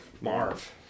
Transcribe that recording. Marv